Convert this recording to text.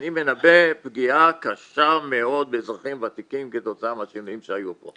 אני מנבא פגיעה קשה מאוד באזרחים ותיקים כתוצאה מהשינויים שהיו פה.